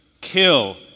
kill